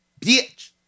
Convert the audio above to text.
Bitch